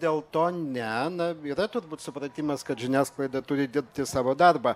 dėl to ne na yra turbūt supratimas kad žiniasklaida turi dirbti savo darbą